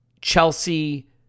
Chelsea